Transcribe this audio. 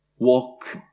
Walk